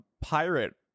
pirate